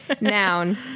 Noun